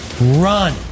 run